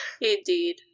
Indeed